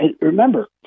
remember